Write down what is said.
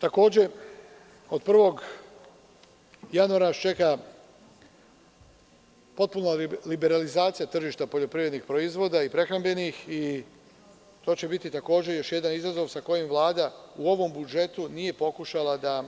Takođe, od 1. januara nas čeka potpuna liberalizacija tržišta poljoprivrednih proizvoda i prehrambenih i to će biti još jedan izazov sa kojim Vlada u ovom budžetu nije pokušala da